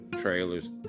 trailers